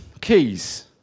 keys